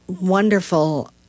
wonderful